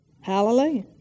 Hallelujah